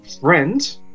friend